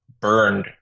burned